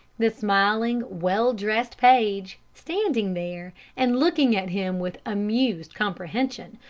the smiling, well-dressed paige, standing there and looking at him with amused comprehension,